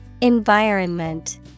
Environment